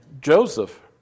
Joseph